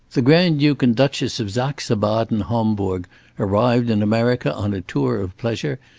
the grand-duke and duchess of saxe-baden-hombourg arrived in america on a tour of pleasure,